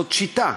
זאת שיטה,